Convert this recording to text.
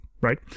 right